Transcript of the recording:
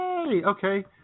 Okay